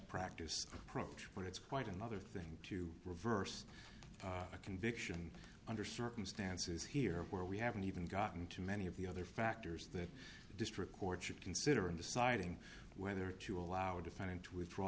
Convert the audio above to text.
practice approach but it's quite another thing to reverse a conviction under circumstances here where we haven't even gotten to many of the other factors that the district court should consider in deciding whether to allow defendant to withdraw